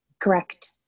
Correct